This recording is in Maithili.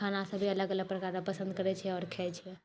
खाना सभे अलग अलग प्रकारर पसन्द करैत छै आओर खाइत छै